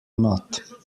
not